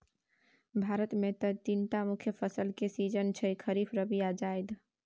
भारत मे तीनटा मुख्य फसल केर सीजन छै खरीफ, रबी आ जाएद